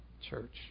church